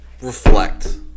reflect